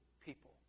people